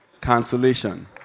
Cancellation